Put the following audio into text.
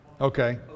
Okay